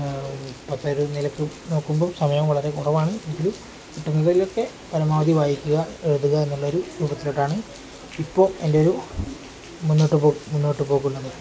ഇപ്പത്തെ ഒരു നിലക്ക് നോക്കുമ്പോൾ സമയം വളരെ കുറവാണ് എങ്കിലും പരമാവധി വായിക്കുക എഴുതുക എന്നുള്ളൊരു രൂപത്തിലോട്ടാണ് ഇപ്പോൾ എൻ്റെ ഒരു മുന്നോട്ട് മുന്നോട്ട് പോകുന്നത്